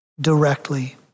directly